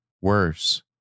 worse